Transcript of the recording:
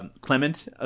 Clement